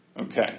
Okay